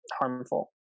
harmful